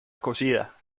cocida